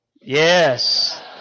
Yes